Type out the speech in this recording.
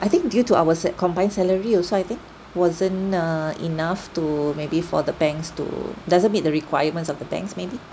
I think due to our sa~ combine salary also I think wasn't err enough to maybe for the banks to doesn't meet the requirements of the banks maybe